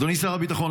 אדוני שר הביטחון,